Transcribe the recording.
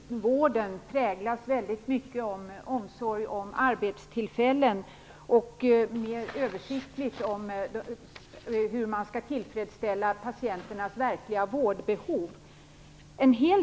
Fru talman! Thomas Julins inlägg om mer resurser till vården präglas väldigt mycket av omsorg om arbetstillfällen och mer översiktligt av hur man skall tillfredsställa patienternas verkliga vårdbehov.